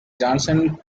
johnson